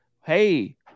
hey